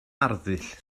arddull